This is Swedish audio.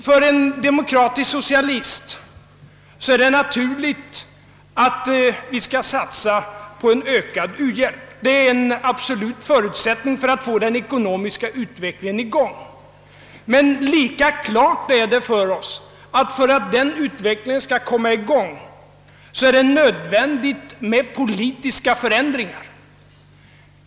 För en demokratisk socialist ter det sig naturligt att satsa på ökad u-hjälp. Det är en absolut förutsättning för att få i gång den ekonomiska utvecklingen. Men lika klart är det för oss att det, för att den utvecklingen skall komma i gång, är nödvändigt med politiska förändringar.